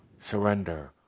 Surrender